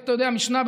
במשנה,